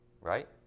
Right